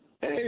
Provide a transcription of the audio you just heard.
Hey